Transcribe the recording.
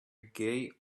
gay